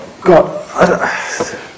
God